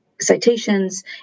citations